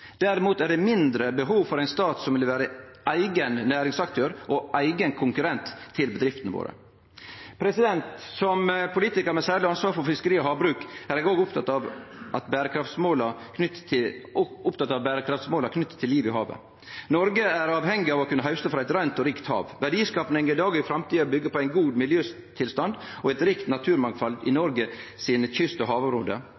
ein eigen konkurrent til bedriftene våre. Som politikar med særleg ansvar for fiskeri og havbruk er eg òg oppteken av berekraftsmåla som er knytte til livet i havet. Noreg er avhengig av å kunne hauste frå eit reint og rikt hav. Verdiskapinga i dag og i framtida byggjer på ein god miljøtilstand og eit rikt naturmangfald i